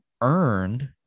earned